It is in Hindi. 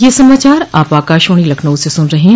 ब्रे क यह समाचार आप आकाशवाणी लखनऊ से सुन रहे हैं